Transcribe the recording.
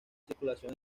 circulación